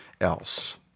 else